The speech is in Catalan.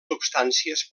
substàncies